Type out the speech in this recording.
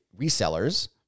resellers